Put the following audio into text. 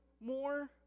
more